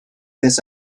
this